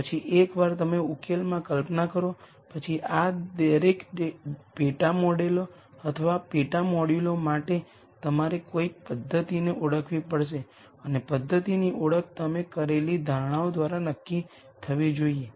પછી એકવાર તમે ઉકેલમાં કલ્પના કરો પછી આ દરેક પેટા મોડેલો અથવા પેટા મોડ્યુલો માટે તમારે કોઈ પદ્ધતિને ઓળખવી પડશે અને પદ્ધતિની ઓળખ તમે કરેલી ધારણાઓ દ્વારા નક્કી થવી જોઈએ